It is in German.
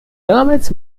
damals